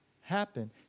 happen